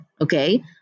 Okay